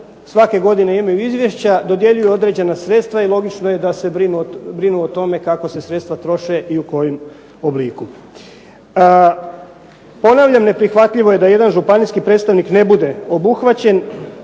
Svake godine imaju izvješća, dodjeljuju određena sredstva i logično je da se brinu o tome kako se sredstva troše i u kojem obliku. Ponavljam, neprihvatljivo je da jedan županijski predstavnik ne bude obuhvaćen